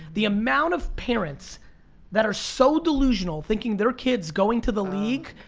the amount of parents that are so delusional, thinking their kid's going to the league.